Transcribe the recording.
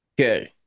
Okay